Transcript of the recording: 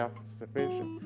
self-sufficient.